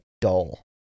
dull